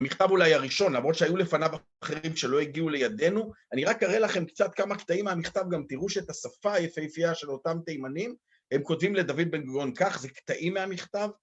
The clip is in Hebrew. המכתב אולי הראשון למרות שהיו לפניו אחרים שלא הגיעו לידינו אני רק אראה לכם קצת כמה קטעים מהמכתב גם תראו שאת השפה היפהפייה של אותם תימנים הם כותבים לדוד בן גוריון כך זה קטעים מהמכתב